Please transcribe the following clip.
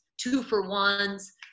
two-for-ones